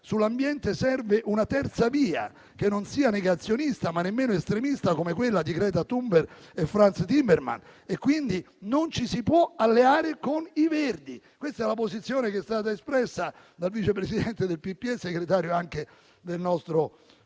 Sull'ambiente serve una terza via che non sia negazionista, ma nemmeno estremista, come quella di Greta Thunberg e Frans Timmermans. Quindi, non ci si può alleare con i Verdi. Questa è la posizione che è stata espressa dal Vice Presidente del PPE, segretario anche del nostro